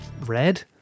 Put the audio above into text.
Red